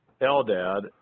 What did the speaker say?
Eldad